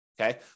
okay